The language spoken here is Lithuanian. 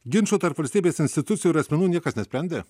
ginčų tarp valstybės institucijų ir asmenų niekas nesprendė